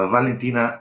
Valentina